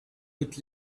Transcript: good